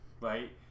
right